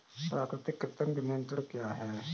प्राकृतिक कृंतक नियंत्रण क्या है?